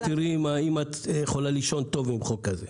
ותראי אם את יכולה לישון טוב עם חוק כזה.